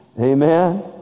Amen